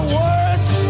words